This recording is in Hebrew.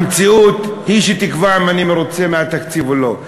המציאות היא שתקבע אם אני מרוצה מהתקציב או לא.